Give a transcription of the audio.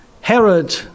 Herod